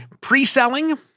pre-selling